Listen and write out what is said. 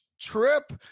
trip